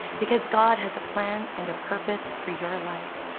because god has a plan and a purpose for your life.